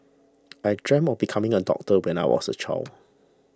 I dreamt of becoming a doctor when I was a child